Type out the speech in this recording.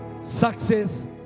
Success